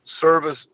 service